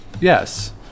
Yes